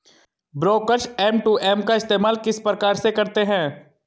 Brokers M two M का इस्तेमाल किस प्रकार से करते हैं?